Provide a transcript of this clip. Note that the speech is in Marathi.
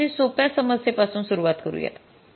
आपण अगदी सोप्या समस्येपासून सुरुवात करूयात